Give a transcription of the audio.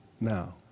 now